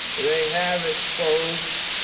they have exposed